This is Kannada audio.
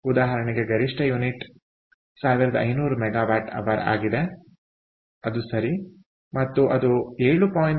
ಉದಾಹರಣೆಗೆ ಗರಿಷ್ಠ ಯುನಿಟ್ 1500 MWH ಆಗಿದೆ ಅದು ಸರಿ ಮತ್ತು ಅದು 7